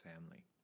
family